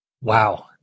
Wow